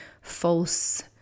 false